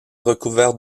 recouvert